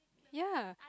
ya